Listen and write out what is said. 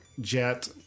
jet